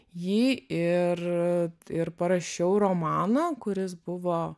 jį ir ir parašiau romaną kuris buvo